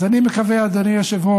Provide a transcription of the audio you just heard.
אז אני מקווה, אדוני היושב-ראש,